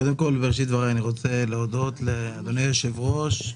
בראשית דבריי אני רוצה להודות לאדוני היושב-ראש.